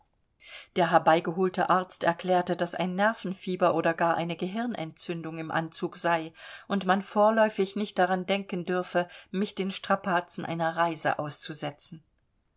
der herbeigeholte arzt erklärte daß ein nervenfieber oder gar eine gehirnentzündung im anzug sei und man vorläufig nicht daran denken dürfe mich den strapazen einer reise auszusetzen